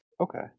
Okay